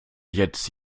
jetzt